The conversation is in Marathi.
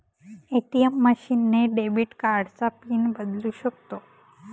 ए.टी.एम मशीन ने डेबिट कार्डचा पिन बदलू शकतो